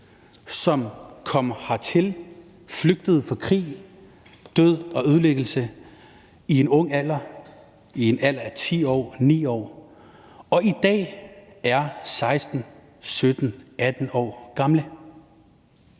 som kom hertil flygtet fra krig, død og ødelæggelse i en ung alder – i en alder af 9-10 år – og som i dag er 16, 17, 18 år gamle.